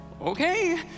okay